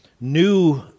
new